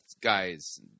guys